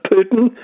Putin